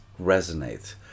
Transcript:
resonate